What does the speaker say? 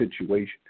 situation